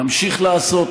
נמשיך לעשות.